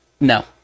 no